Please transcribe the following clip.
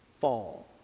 fall